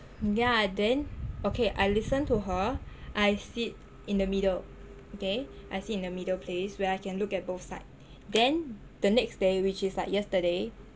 yah then okay I listened to her I sit in the middle okay I sit in the middle place where I can look at both sides then the next day which is like yesterday